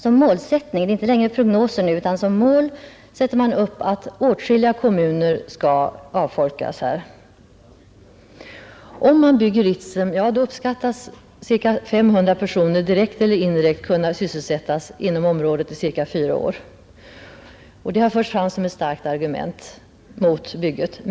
Det är nu inte längre prognoser, utan som mål sätter man upp att åtskilliga kommuner skall avfolkas. Om man bygger Ritsem, uppskattas cirka 500 personer direkt eller indirekt kunna sysselsättas inom området i cirka fyra år. Detta har förts fram som ett starkt argument för bygget.